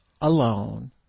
alone